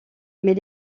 mais